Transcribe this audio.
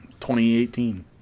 2018